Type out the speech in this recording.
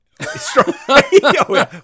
strong